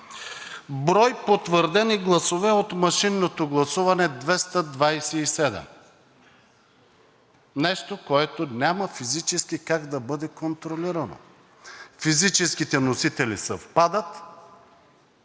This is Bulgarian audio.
Брой потвърдени гласове от машинното гласуване – 227. Нещо, което физически няма как да бъде контролирано. Физическите носители съвпадат,